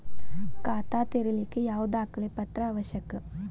ಖಾತಾ ತೆರಿಲಿಕ್ಕೆ ಯಾವ ದಾಖಲೆ ಪತ್ರ ಅವಶ್ಯಕ?